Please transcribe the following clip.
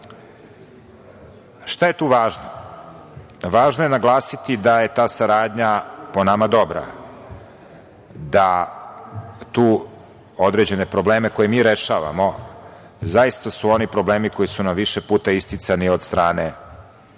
je tu važno? Važno je naglasiti da je ta saradnja, po nama, dobra, da određene probleme koje mi rešavamo zaista su oni problemi koji su nam više puta isticani od strane